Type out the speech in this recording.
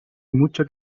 mucho